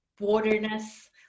waterness